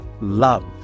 Love